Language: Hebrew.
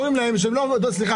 אישרו.